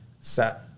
set